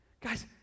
Guys